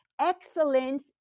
Excellence